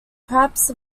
perhaps